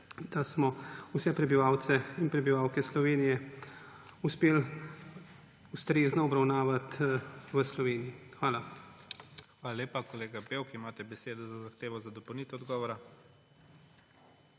da smo vse prebivalce in prebivalke Slovenije uspeli ustrezno obravnavati v Sloveniji. Hvala. PREDSEDNIK IGOR ZORČIČ: Hvala lepa. Kolega Bevk imate besedo za zahtevo za dopolnitev odgovora.